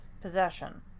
possession